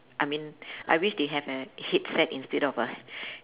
I mean I wish they have a headset instead of a